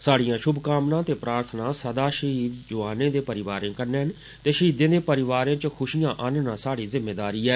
स्हाडियां षुभकामनां ते प्रार्थना सदा षहीद जोआनें दे परिवारें कन्नै न ते षहीदें दे परिवारें च खुषियां आन्नना रहाड़ी जिम्मेवारी ऐ